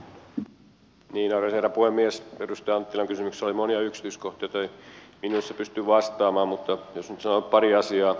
edustaja anttilan kysymyksessä oli monia yksityiskohtia joihin ei minuutissa pysty vastaamaan mutta jos nyt sanon pari asiaa